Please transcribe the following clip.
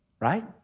right